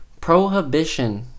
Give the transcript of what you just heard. Prohibition